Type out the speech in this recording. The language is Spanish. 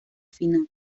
final